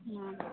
অঁ